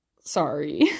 Sorry